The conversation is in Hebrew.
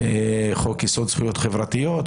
חוק יסוד: זכויות חברתיות,